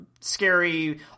scary